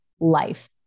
life